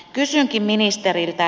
kysynkin ministeriltä